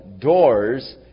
doors